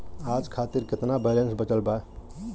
आज खातिर केतना बैलैंस बचल बा?